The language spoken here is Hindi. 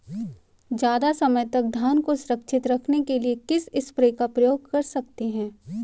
ज़्यादा समय तक धान को सुरक्षित रखने के लिए किस स्प्रे का प्रयोग कर सकते हैं?